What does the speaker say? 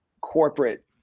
corporate